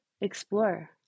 explore